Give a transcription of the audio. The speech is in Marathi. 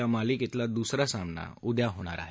या मालिकेतला दुसरा सामना उद्या होणार आहे